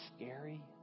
scary